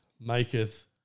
maketh